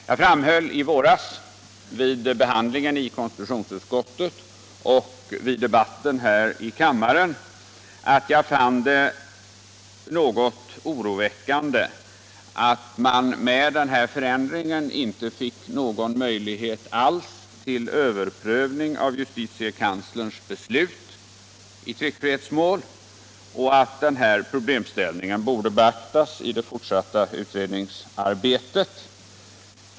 Jag framhöll i våras vid behandlingen i konstitutionsutskottet och i debatten här i kammaren att jag fann det något oroväckande att man med denna ändring inte fick någon möjlighet alls till överprövning av justitiekanslerns beslut i tryckfrihetsmål och att den problemställningen borde beaktas i det fortsatta utredningsarbetet.